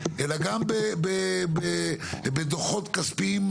אלא גם בדוחות כספיים,